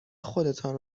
خودتان